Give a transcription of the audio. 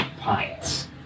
pints